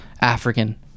African